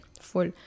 full